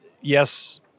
yes